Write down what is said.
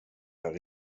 jag